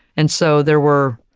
and so, there were,